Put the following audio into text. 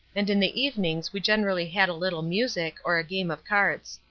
and in the evenings we generally had a little music or a game of cards.